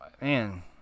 man